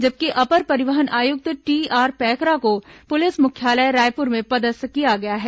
जबकि अपर परिवहन आयुक्त टीआर पैकरा को पुलिस मुख्यालय रायपुर में पदस्थ किया गया है